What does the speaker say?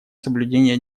соблюдения